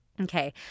okay